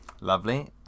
Lovely